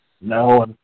no